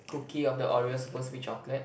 cookie of the Oreo supposed to be chocolate